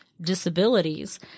disabilities